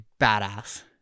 badass